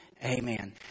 Amen